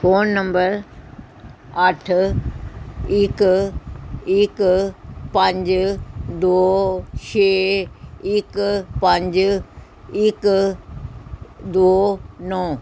phone number ਅੱਠ ਇੱਕ ਇੱਕ ਪੰਜ ਦੋ ਛੇ ਇੱਕ ਪੰਜ ਇੱਕ ਦੋ ਨੌਂ